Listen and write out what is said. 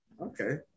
Okay